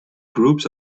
groups